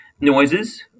noises